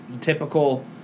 typical